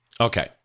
Okay